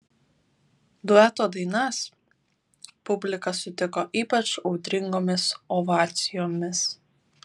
dueto dainas publika sutiko ypač audringomis ovacijomis